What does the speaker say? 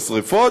השרפות,